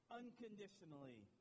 unconditionally